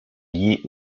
liés